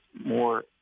more